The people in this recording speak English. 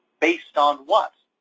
based on what?